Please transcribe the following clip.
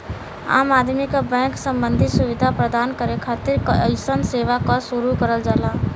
आम आदमी क बैंक सम्बन्धी सुविधा प्रदान करे खातिर अइसन सेवा क शुरू करल जाला